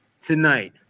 Tonight